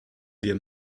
wir